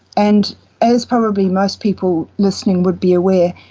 and as probably most people listening would be aware,